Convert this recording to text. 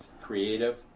creative